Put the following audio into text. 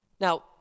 Now